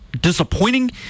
disappointing